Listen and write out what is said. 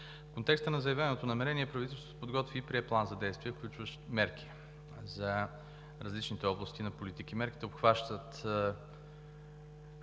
В контекста на заявеното намерение правителството подготви и прие План за действие, включващ мерки по различните области на политики. Мерките обхващат